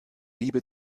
liebe